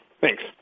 Thanks